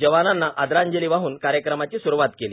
जवानांना आदरांजली वाहन कार्यक्रमाची स्रुवात केली